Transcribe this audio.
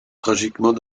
tragiquement